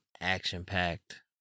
action-packed